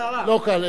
לא קל.